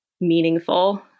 meaningful